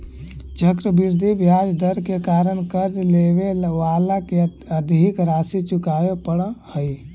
चक्रवृद्धि ब्याज दर के कारण कर्ज लेवे वाला के अधिक राशि चुकावे पड़ऽ हई